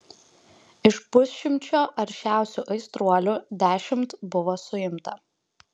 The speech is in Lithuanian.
iš pusšimčio aršiausių aistruolių dešimt buvo suimta